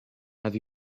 have